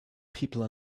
people